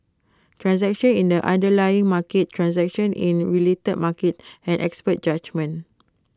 transactions in the underlying market transactions in related markets and expert judgement